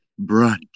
brunch